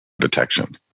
detection